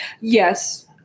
Yes